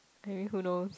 anyway who knows